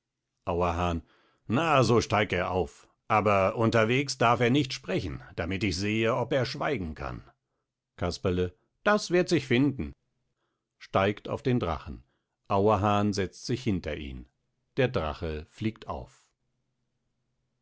auerhahn na so steig er auf aber unterwegs darf er nicht sprechen damit ich sehe ob er schweigen kann casperle das wird sich finden steigt auf den drachen auerhahn setzt sich hinter ihn der drache fliegt auf